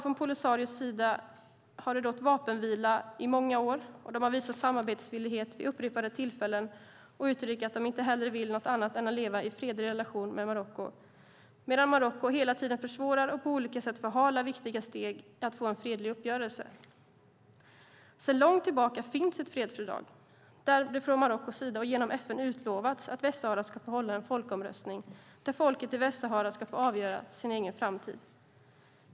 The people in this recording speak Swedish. Från Polisarios sida har det rått vapenvila i många år. De har visat samarbetsvillighet vid upprepade tillfällen och uttrycker att de inget hellre vill än att leva i en fredlig relation med Marocko, medan Marocko hela tiden försvårar och på olika sätt förhalar viktiga steg i att få en fredlig uppgörelse. Sedan långt tillbaka finns det ett fredsfördrag där det från Marockos sida och genom FN utlovats att Västsahara ska få hålla en folkomröstning där folket i Västsahara ska få avgöra sin egen framtid.